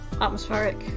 atmospheric